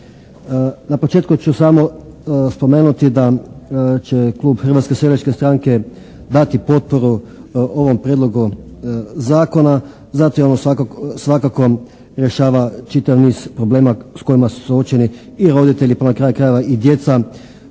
Na početku ću samo spomenuti da će klub Hrvatske seljačke stranke dati potporu ovom prijedlogu zakona zato jer on svakako rješava čitav niz problema s kojima su suočeni i roditelji pa na kraju krajeva i djeca